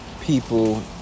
people